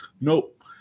Nope